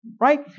right